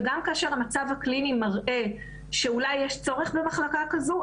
גם כאשר המצב הקליני מראה שאולי יש צורך במחלקה כזו,